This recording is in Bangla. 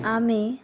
আমি